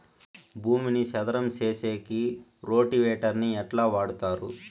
భూమిని చదరం సేసేకి రోటివేటర్ ని ఎట్లా వాడుతారు?